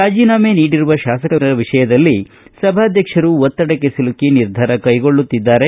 ರಾಜೀನಾಮೆ ನೀಡಿರುವ ಶಾಸಕರ ವಿಷಯದಲ್ಲಿ ಸಭಾಧ್ಯಕ್ಷರು ಒತ್ತಡಕ್ಕೆ ಸಿಲುಕಿ ನಿರ್ಧಾರ ಕೈಗೊಳ್ಳುತ್ತಿದ್ದಾರೆ